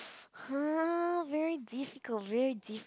uh very difficult very difficult